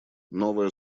новая